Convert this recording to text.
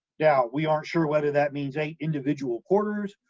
now, we aren't sure whether that means eight individual quarters,